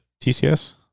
tcs